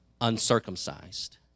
uncircumcised